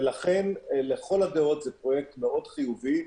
ולכן לכל הדעות זה פרויקט מאוד חיובי,